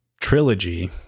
trilogy